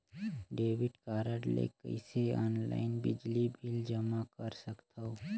Debit card ले कइसे online बिजली बिल जमा कर सकथव?